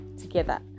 together